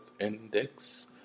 Index